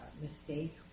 mistake